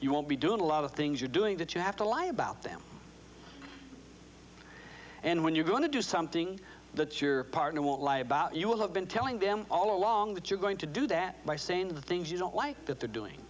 you won't be doing a lot of things you're doing that you have to lie about them and when you're going to do something that your partner won't lie about you will have been telling them all along that you're going to do that by saying the things you don't like that they're doing